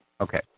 Okay